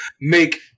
make